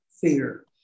fear